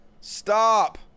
Stop